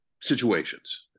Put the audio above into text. situations